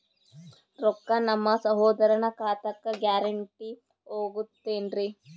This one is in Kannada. ರೊಕ್ಕ ನಮ್ಮಸಹೋದರನ ಖಾತಕ್ಕ ಗ್ಯಾರಂಟಿ ಹೊಗುತೇನ್ರಿ?